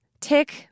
tick